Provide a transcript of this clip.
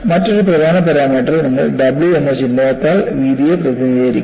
മറ്റൊരു പ്രധാന പാരാമീറ്റർ നിങ്ങൾ W എന്ന ചിഹ്നത്താൽ വീതിയെ പ്രതിനിധീകരിക്കുന്നു